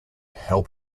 help